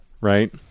Right